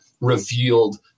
revealed